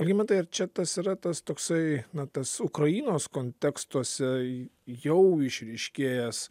algimantai ar čia tas yra tas toksai na tas ukrainos kontekstuose jau išryškėjęs